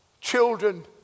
children